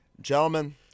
Gentlemen